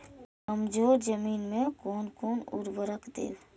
कमजोर जमीन में कोन कोन उर्वरक देब?